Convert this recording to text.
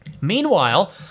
Meanwhile